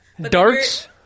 darts